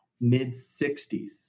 mid-60s